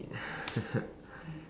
ya